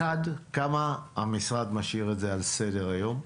אחד, כמה המשרד משאיר את זה על סדר-היום?